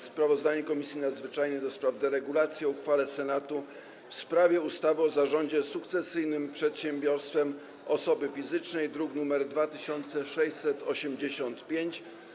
Sprawozdanie Komisji Nadzwyczajnej do spraw deregulacji o uchwale Senatu w sprawie ustawy o zarządzie sukcesyjnym przedsiębiorstwem osoby fizycznej, druk nr 2685.